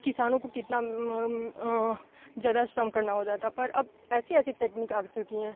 किसानों को कितना ज़्यादा श्रम करना होता था पर अब ऐसी ऐसी टेक्नीक आ चुकी हैं